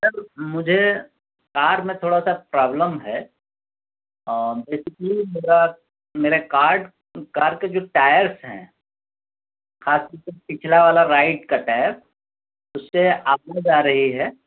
سر مجھے کار میں تھوڑا سا پرابلم ہے آ بیسیکلی میرا میرے کارڈ کار کے جو ٹائرس ہیں خاص کر کے پچھلا والا رائٹ كا ٹائر اُس كے آگے جا رہی ہے